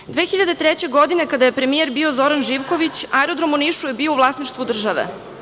Godine 2003. kada je premijer bio Zoran Živković Aerodrom u Nišu je bio u vlasništvu države.